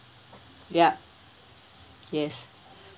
ya yes